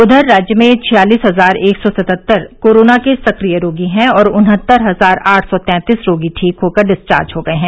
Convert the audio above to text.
उधर राज्य में छियालिस हजार एक सौ सतहत्तर कोरोना के सक्रीय रोगी हैं और उन्हत्तर हजार आठ सौ तैंतीस रोगी ठीक होकर डिस्चार्ज हो गए हैं